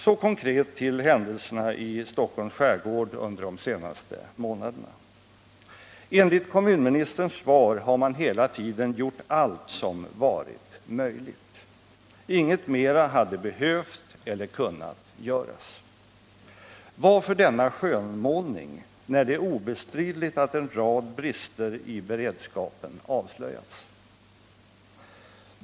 Så konkret till händelserna i Stockholms skärgård under de senaste månaderna. Enligt kommunministerns svar har man hela tiden gjort allt som varit möjligt. Inget mera hade behövt eller kunnat göras. Varför denna skönmålning när det är obestridligt att en rad brister i beredskapen avslöjats?